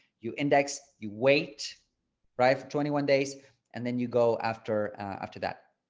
you index you wait right for twenty one days and then you go after after that.